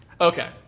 Okay